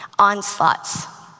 onslaughts